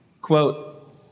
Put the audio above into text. Quote